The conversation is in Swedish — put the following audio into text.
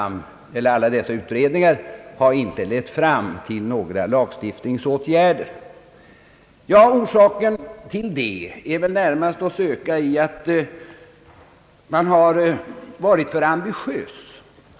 Men alla dessa utredningar har inte lett fram till några lagstiftningsåtgärder. Orsaken till detta är närmast att söka i att tidigare utredningar har varit för ambitiösa.